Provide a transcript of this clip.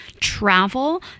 travel